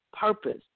purpose